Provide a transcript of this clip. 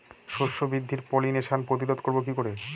শস্য বৃদ্ধির পলিনেশান প্রতিরোধ করব কি করে?